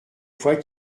fois